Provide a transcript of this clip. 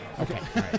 Okay